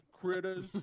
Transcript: critters